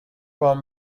وام